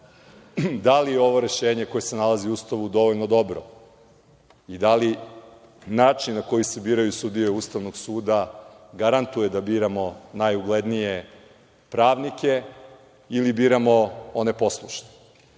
Da li je ovo rešenje koje se nalazi u Ustavu dovoljno dobro? Da li način na koji se biraju sudije Ustavnog suda garantuje da biramo najuglednije pravnike ili biramo one poslušne?U